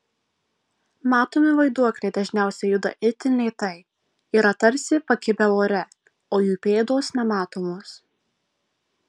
matomi vaiduokliai dažniausiai juda itin lėtai yra tarsi pakibę ore o jų pėdos nematomos